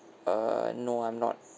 uh no I'm not